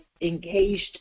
engaged